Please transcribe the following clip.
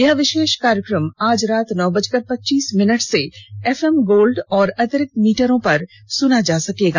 यह विशेष कार्यक्रम आज रात नौ बजकर पच्चीस मिनट से एफएम गोल्ड और अतिरिक्त मीटरों पर सुना जा सकता है